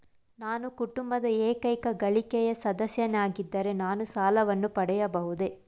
ನಾನು ಕುಟುಂಬದ ಏಕೈಕ ಗಳಿಕೆಯ ಸದಸ್ಯನಾಗಿದ್ದರೆ ನಾನು ಸಾಲವನ್ನು ಪಡೆಯಬಹುದೇ?